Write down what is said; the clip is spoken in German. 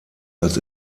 als